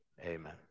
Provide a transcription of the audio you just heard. amen